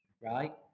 right